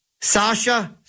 Sasha